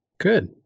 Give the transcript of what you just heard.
Good